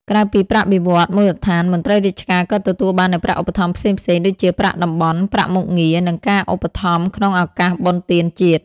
ក្រៅពីប្រាក់បៀវត្សរ៍មូលដ្ឋាន មន្ត្រីរាជការក៏ទទួលបាននូវប្រាក់ឧបត្ថម្ភផ្សេងៗ ដូចជាប្រាក់តំបន់ ប្រាក់មុខងារ និងការឧបត្ថម្ភក្នុងឱកាសបុណ្យទានជាតិ។